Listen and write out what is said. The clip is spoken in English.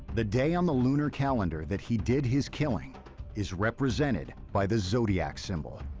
the day on the lunar calendar that he did his killing is represented by the zodiac symbol.